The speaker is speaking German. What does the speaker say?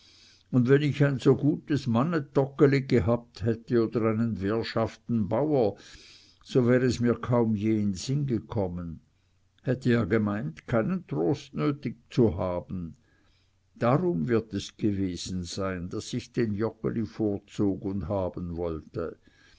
denn wenn ich ein so gutes mannetoggeli gehabt hätte oder einen währschaften bauer so wäre es mir kaum je in sinn gekommen hätte ja gemeint keinen trost nötig zu haben darum wird es gewesen sein daß ich den joggeli vorzog und haben wollte